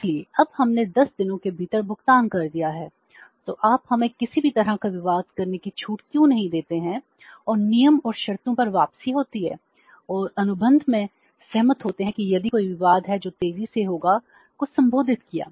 इसलिए अब हमने 10 दिनों के भीतर भुगतान कर दिया है तो आप हमें किसी भी तरह का विवाद करने की छूट क्यों नहीं देते हैं और नियम और शर्तों पर वापसी होती है और अनुबंध में सहमत होते हैं कि यदि कोई विवाद है जो तेजी से होगा को संबोधित किया